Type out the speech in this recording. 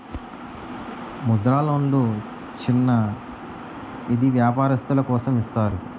ముద్ర లోన్లు చిన్న ఈది వ్యాపారస్తులు కోసం ఇస్తారు